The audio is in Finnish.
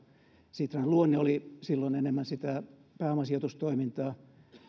sitran luonne oli silloin enemmän sitä pääomasijoitustoimintaa